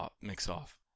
Mix-Off